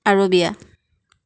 Arabia